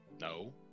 No